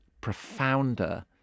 profounder